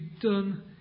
done